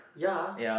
ya